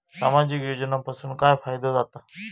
सामाजिक योजनांपासून काय फायदो जाता?